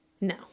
No